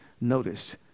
Notice